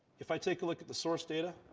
if i take a look at the source data.